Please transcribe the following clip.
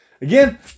again